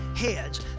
heads